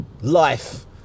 Life